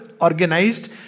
organized